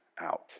out